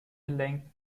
gelenkt